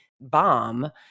bomb